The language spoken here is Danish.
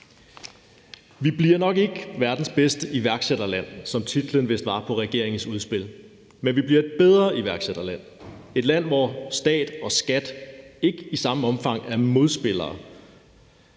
Vi bliver nok ikke verdens bedste iværksætterland, som titlen vist var på regeringens udspil, men vi bliver et bedre iværksætterland. Vi bliver et land, hvor stat og skattemyndigheder ikke i samme omfang er modspillere.